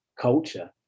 culture